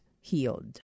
healed